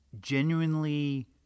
genuinely